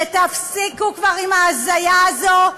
שתפסיקו כבר עם ההזיה הזאת,